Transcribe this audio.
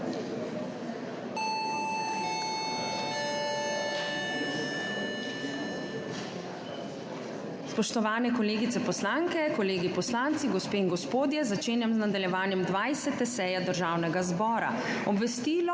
Spoštovane kolegice poslanke, kolegi poslanci, gospe in gospodje! Začenjam nadaljevanje 20. seje Državnega zbora. Obvestilo